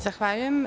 Zahvaljujem.